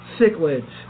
cichlids